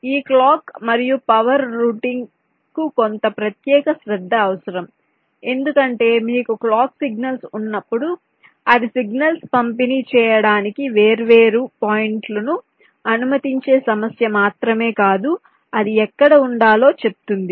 ఈ క్లాక్ మరియు పవర్ రూటింగ్కు కొంత ప్రత్యేక శ్రద్ధ అవసరం ఎందుకంటే మీకు క్లాక్ సిగ్నల్స్ ఉన్నప్పుడు అది సిగ్నల్స్ పంపిణీ చేయడానికి వేర్వేరు పాయింట్లు ను అనుమతించే సమస్య మాత్రమే కాదు అది ఎక్కడ ఉండాలో చెప్తుంది